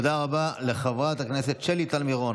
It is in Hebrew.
תודה רבה לחברת הכנסת שלי טל מירון.